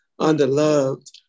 underloved